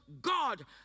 God